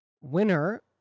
winner